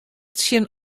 tsjin